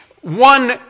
one